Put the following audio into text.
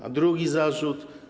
A drugi zarzut?